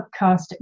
podcast